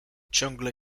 ciągle